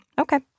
Okay